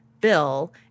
bill